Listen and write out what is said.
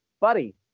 buddy